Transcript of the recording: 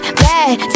bad